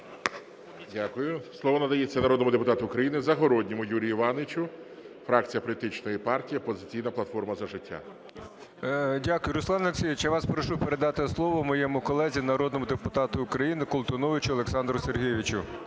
Дякую. Слово надається народному депутату України Загородньому Юрію Івановичу, фракція політичної партії "Опозиційна платформа – За життя". 11:44:26 ЗАГОРОДНІЙ Ю.І. Дякую. Руслане Олексійовичу, я вас прошу передати слово моєму колезі, народному депутату України Колтуновичу Олександру Сергійовичу.